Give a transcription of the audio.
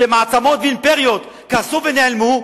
כשמעצמות ואימפריות קרסו ונעלמו,